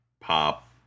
pop